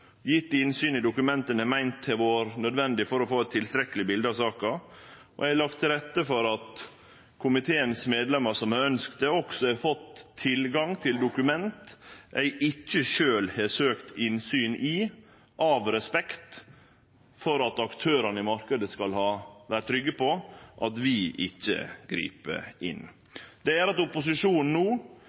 innsyn i dokument ein har meint har vore nødvendige for å få eit tilstrekkeleg bilde av saka, og eg har lagt til rette for at dei av komiteens medlemer som har ønskt det, også har fått tilgang til dokument eg ikkje sjølv har søkt innsyn i, av respekt for at aktørane i marknaden skal vere trygge på at vi ikkje grip inn. Det gjer at opposisjonen no